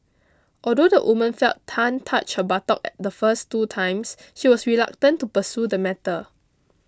although the woman felt Tan touch her buttock the first two times she was reluctant to pursue the matter